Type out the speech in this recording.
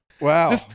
Wow